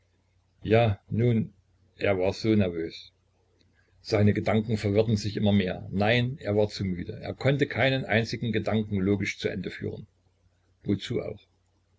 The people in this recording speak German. ja nun er war so nervös seine gedanken verwirrten sich immer mehr nein er war zu müde er konnte keinen einzigen gedanken logisch zu ende führen wozu auch